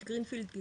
שלומית גרינפילד.